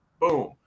boom